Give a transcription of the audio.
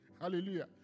Hallelujah